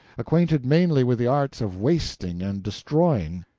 acquainted mainly with the arts of wasting and destroying,